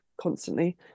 constantly